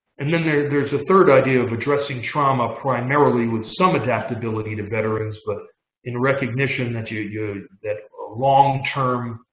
and then there's there's a third idea of addressing trauma primarily with some adaptability to veterans, but in recognition that yeah that a long-term,